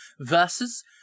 versus